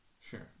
Sure